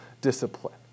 discipline